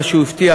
מה שהוא הבטיח,